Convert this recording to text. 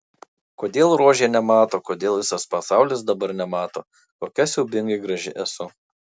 kodėl rožė nemato kodėl visas pasaulis dabar nemato kokia siaubingai graži esu